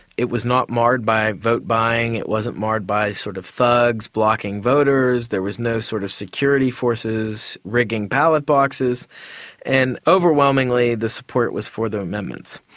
it was not marred by vote buying, it wasn't marred by sort of thugs blocking voters, there was no sort of security forces rigging ballot boxes and overwhelmingly the support was for the amendments.